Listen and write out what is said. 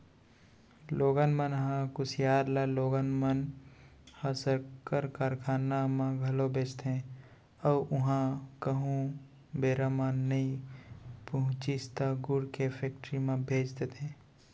लोगन मन ह कुसियार ल लोगन मन ह सक्कर कारखाना म घलौ भेजथे अउ उहॉं कहूँ बेरा म नइ पहुँचिस त गुड़ के फेक्टरी म भेज देथे